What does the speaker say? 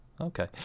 Okay